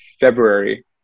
February